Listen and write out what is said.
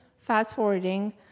fast-forwarding